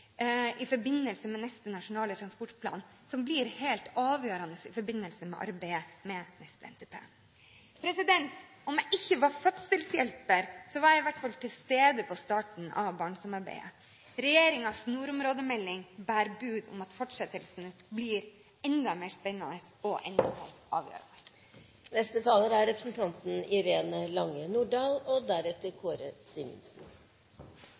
i forbindelse med neste Nasjonal transportplan som blir helt avgjørende i forbindelse med arbeidet med neste NTP. Om jeg ikke var fødselshjelper, var jeg i hvert fall til stede på starten av Barentssamarbeidet. Regjeringens nordområdemelding bærer bud om at fortsettelsen blir enda mer spennende og enda mer avgjørende. Nordområdene er landets viktigste strategiske satsingsområde, og det er et overordnet mål for Senterpartiet og